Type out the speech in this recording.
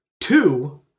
Two